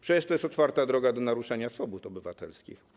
Przecież to jest otwarta droga do naruszenia swobód obywatelskich.